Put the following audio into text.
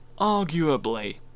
Arguably